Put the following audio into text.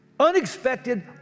unexpected